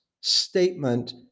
statement